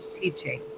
teaching